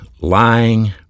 lying